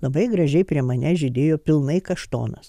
labai gražiai prie manęs žydėjo pilnai kaštonas